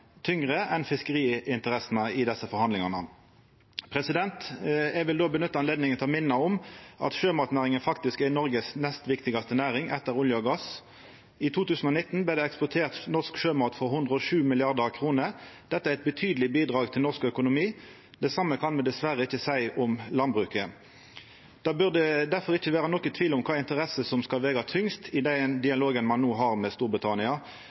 tyngre enn fiskeriinteressene i desse forhandlingane. Eg vil då nytta anledninga til å minna om at sjømatnæringa faktisk er Noregs nest viktigaste næring etter olje og gass. I 2019 vart det eksportert norsk sjømat for 107 mrd. kr. Dette er eit betydeleg bidrag til norsk økonomi. Det same kan me dessverre ikkje seia om landbruket. Det burde difor ikkje vera nokon tvil om kva interesse som skal vega tyngst i den dialogen ein no har med Storbritannia,